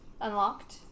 unlocked